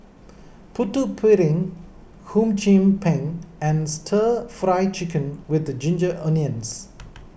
Putu Piring Hum Chim Peng and Stir Fry Chicken with the Ginger Onions